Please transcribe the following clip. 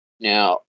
Now